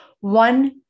One